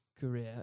career